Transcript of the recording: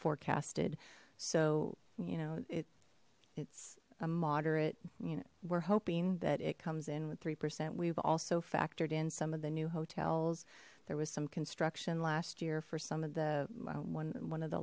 forecasted so you know it it's a moderate you know we're hoping that it comes in with three percent we've also factored in some of the new hotels there was some construction last year for some of the when one of the